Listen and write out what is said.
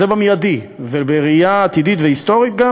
אז זה במיידי, וגם בראייה עתידית, וגם היסטורית,